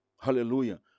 hallelujah